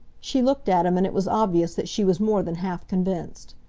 she looked at him and it was obvious that she was more than half convinced.